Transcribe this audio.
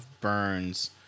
Burns